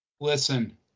Listen